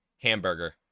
Hamburger